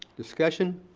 discussion.